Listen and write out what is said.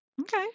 Okay